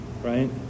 right